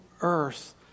earth